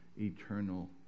eternal